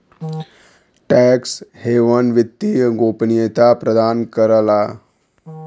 tax haven वित्तीय गोपनीयता प्रदान करला